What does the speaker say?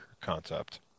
concept